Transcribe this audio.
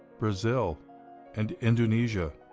brazil and indonesia.